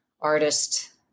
artist